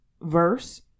verse